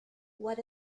what